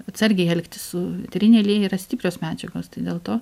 atsargiai elgtis su eteriniai aliejai yra stiprios medžiagos tai dėl to